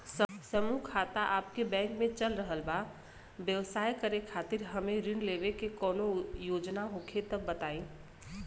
समूह खाता आपके बैंक मे चल रहल बा ब्यवसाय करे खातिर हमे ऋण लेवे के कौनो योजना होखे त बताई?